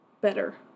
better